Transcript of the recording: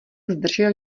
zdržel